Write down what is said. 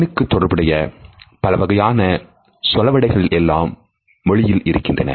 கண்ணுக்கு தொடர்புடைய பலவகையான சொலவடைகள் எல்லா மொழியிலும் இருக்கின்றது